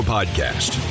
Podcast